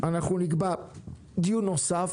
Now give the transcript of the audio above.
אנחנו נקבע דיון נוסף.